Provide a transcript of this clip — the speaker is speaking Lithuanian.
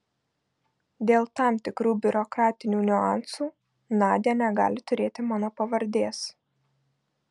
dėl tam tikrų biurokratinių niuansų nadia negali turėti mano pavardės